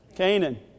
Canaan